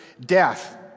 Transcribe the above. death